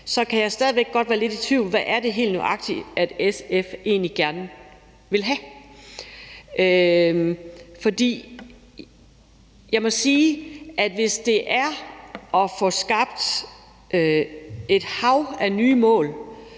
at jeg stadig væk godt kan være lidt i tvivl om, hvad det helt nøjagtigt er, SF egentlig gerne vil have. Jeg må sige, at hvis det er at få skabt et hav af nye mål,